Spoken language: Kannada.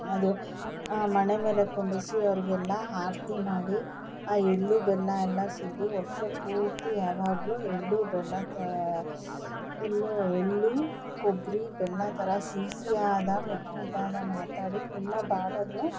ಅದು ಮಣೆ ಮೇಲೆ ಕುಂಡಿರ್ಸಿ ಅವ್ರಿಗೆಲ್ಲ ಆರ್ತಿ ಮಾಡಿ ಆ ಎಳ್ಳು ಬೆಲ್ಲ ಎಲ್ಲ ಸುರಿದು ವರ್ಷ ಪೂರ್ತಿ ಯಾವಾಗಲೂ ಎಳ್ಳು ಬೆಲ್ಲ ತಾ ಎಳ್ಳು ಎಳ್ಳು ಕೊಬ್ಬರಿ ಬೆಲ್ಲ ಥರ ಸಿಹಿ ಸಿಹಿಯಾದ ಮುದ್ದು ಮುದ್ದಾದ ಮಾತಾಡಿ ನಿಮ್ಮ ಬಾಳನ್ನು